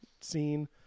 scene